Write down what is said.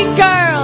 girl